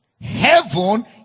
heaven